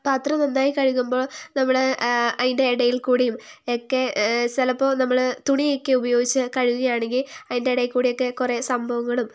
പാത്രം നന്നായി കഴുകുമ്പോൾ നമ്മുടെ അതിന്റെ ഇടയിൽക്കൂടിയും ഒക്കെ ചിലപ്പോൾ നമ്മൾ തുണിയൊക്കെ ഉപയോഗിച്ച് കഴുകുകയാണെങ്കിൽ അതിന്റെ ഇടയിൽക്കൂടിയൊക്കെ കുറേ സംഭവങ്ങളും